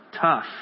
tough